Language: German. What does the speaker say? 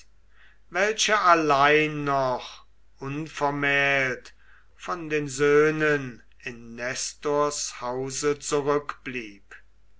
welcher allein noch unvermählt von den söhnen in nestors hause zurückblieb